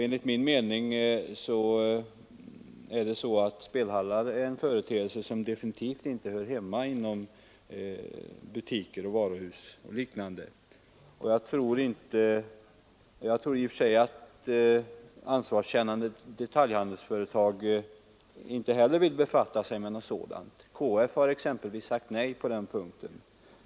Enligt min mening är spelhallar en företeelse som definitivt inte hör hemma inom butiker och varuhus. Jag tror att ansvarskännande detaljhandelsföretag inte heller vill befatta sig med något sådant. KF har exempelvis sagt nej på den punkten.